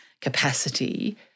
capacity